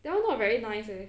that one not very nice leh